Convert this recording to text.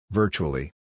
virtually